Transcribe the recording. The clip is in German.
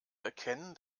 erkennen